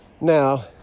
Now